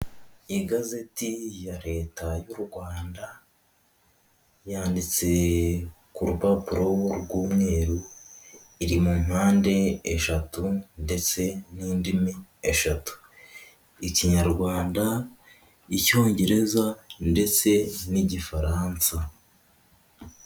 Igazeti ya leta y'u Rwanda, yanditse ku rupapuro rw'umweru iri mu mpande eshatu ndetse n'indimi eshatu, ikinyarwanda, icyongereza ndetse n'igifaransa.